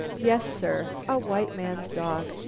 yes, sir! a white man's dog.